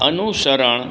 અનુસરણ